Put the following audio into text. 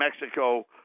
Mexico